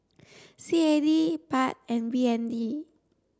C A D Baht and B N D